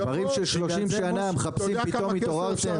דברים של 30 שנה מחפשים, פתאום התעוררתם?